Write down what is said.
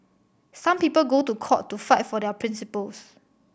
some people go to court to fight for their principles